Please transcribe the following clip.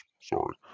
Sorry